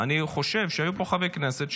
אני חושב שהיו פה חברי כנסת,